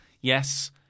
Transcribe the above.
Yes